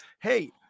hey